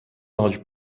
large